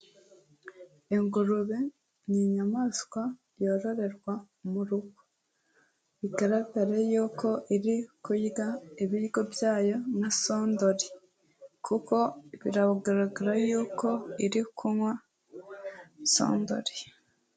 Ingurube ni inyamaswa yororerwa mu rugo, bigaragare yuko iri kurya ibiryo byayo na sondori, kuko biragaragara yuko iri kunywa sondori.